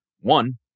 One